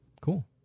cool